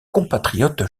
compatriote